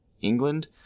England